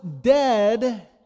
dead